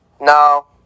No